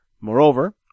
Moreover